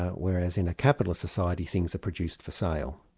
whereas in a capitalist society things are produced for sale,